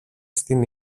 στην